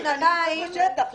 אני נמצאת בשטח.